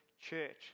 church